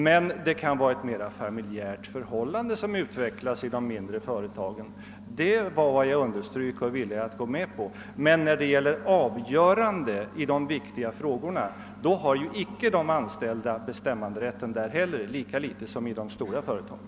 Men det kan vara ett mer familjärt förhållande i de mindre företagen — det var det jag underströk och var villig att gå med på. Men när det gäller avgörandena i de viktiga frågorna äger de anställda där inte bestämmanderätt, lika litet som de anställda i de stora företagen.